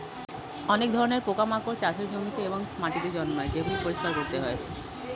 অনেক ধরণের পোকামাকড় চাষের জমিতে এবং মাটিতে জন্মায় যেগুলি পরিষ্কার করতে হয়